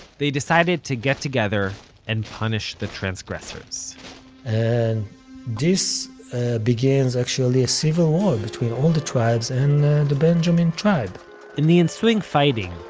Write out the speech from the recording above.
they decided to get together and punish the transgressors and this begins actually a civil war between all the tribes and the benjamin tribe in the ensuing fighting,